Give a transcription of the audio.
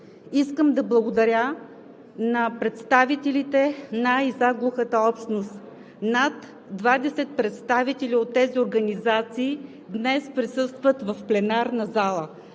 Искам да благодаря на представителите на и за глухата общност – над 20 представители от тези организации днес присъстват в пленарната зала.